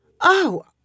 Oh